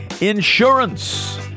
insurance